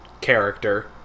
character